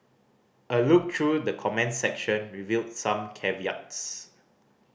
a look through the comments section revealed some caveats